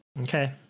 Okay